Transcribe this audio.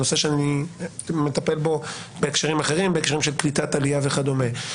נושא שאני מטפל בו בהקשרים אחרים של קליטת עלייה וכדומה.